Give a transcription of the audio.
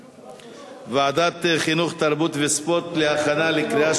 לוועדת החינוך, התרבות והספורט נתקבלה.